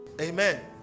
Amen